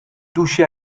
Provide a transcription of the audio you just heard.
douche